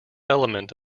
element